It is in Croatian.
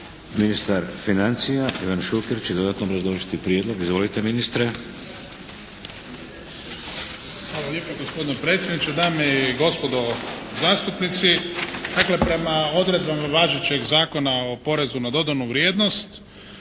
Ministar financija Ivan Šuker će dodatno obrazložiti prijedlog. Izvolite ministre. **Šuker, Ivan (HDZ)** Hvala lijepa gospodine predsjedniče, dame i gospodo zastupnici. Dakle prema odredbama važećeg Zakona o porezu na dodanu vrijednost